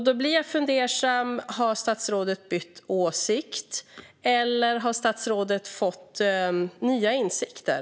Då blir jag fundersam: Har statsrådet bytt åsikt, eller har statsrådet fått nya insikter?